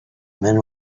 men